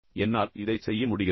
என்னால் இதைச் செய்ய முடிகிறது